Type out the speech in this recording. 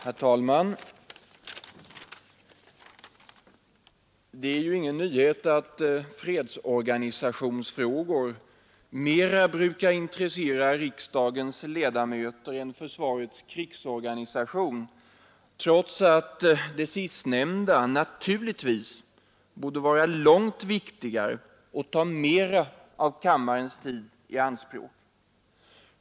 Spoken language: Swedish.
Herr talman! Det är ingen nyhet att fredsorganisationsfrågor brukar intressera riksdagens ledamöter mera än försvarets krigsorganisation, trots att den sistnämnda naturligtvis borde vara långt viktigare och ta mera av kammarens tid i anspråk.